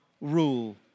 rule